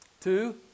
Two